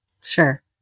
Sure